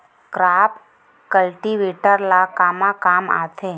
Crop cultivator ला कमा काम आथे?